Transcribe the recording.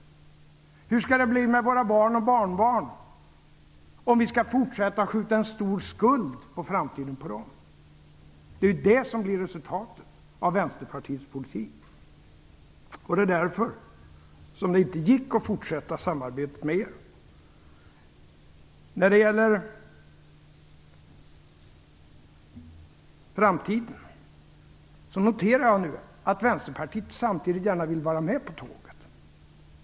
Hur skall det bli med våra barn och barnbarn om vi skall fortsätta att skjuta en stor skuld på framtiden och på dem? Det är det som blir resultatet av Vänsterpartiets politik. Det var därför som det inte gick att fortsätta samarbetet med er. När det gäller framtiden noterar jag nu att Vänsterpartiet gärna vill vara med på tåget.